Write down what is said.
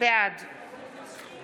בעד